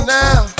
now